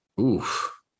Oof